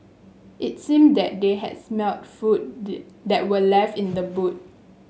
it seemed that they had smelt food did that were left in the boot